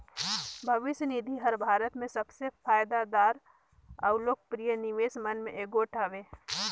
भविस निधि हर भारत में सबले फयदादार अउ लोकप्रिय निवेस मन में एगोट हवें